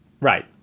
Right